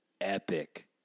epic